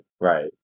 Right